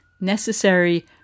necessary